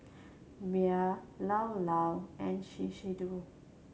Bia Llao Llao and Shiseido